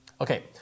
Okay